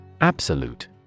Absolute